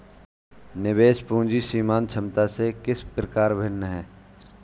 निवेश पूंजी सीमांत क्षमता से किस प्रकार भिन्न है?